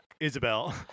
Isabel